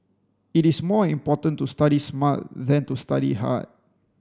it is more important to study smart than to study hard